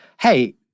hey